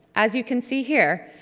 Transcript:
as you can see here,